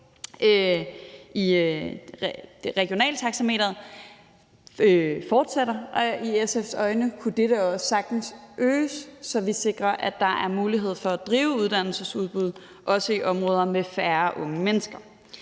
regionale taxameter fortsætter. I SF's øjne kunne dette sagtens også øges, så vi sikrer, at der også er mulighed for at drive uddannelsesudbud i områder med færre unge mennesker.